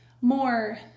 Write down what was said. more